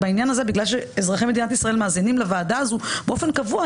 ובעניין הזה בגלל שאזרחי מדינת ישראל מאזינים לוועדה הזו באופן קבוע,